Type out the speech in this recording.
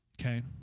Okay